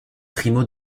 primo